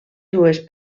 dues